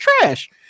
trash